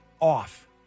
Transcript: off